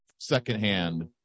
Secondhand